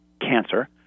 cancer